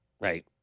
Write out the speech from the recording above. Right